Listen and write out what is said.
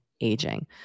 aging